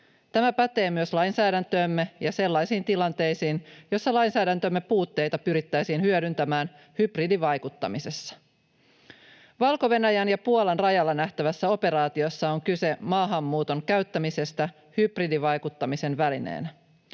Tämä pätee myös lainsäädäntöömme ja sellaisiin tilanteisiin, joissa lainsäädäntömme puutteita pyrittäisiin hyödyntämään hybridivaikuttamisessa. Valko-Venäjän ja Puolan rajalla nähtävässä operaatiossa on kyse maahanmuuton käyttämisestä hybridivaikuttamisen välineenä.